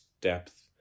depth